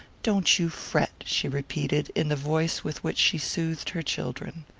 don't you fret, she repeated, in the voice with which she soothed her children.